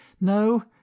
No